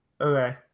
Okay